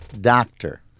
doctor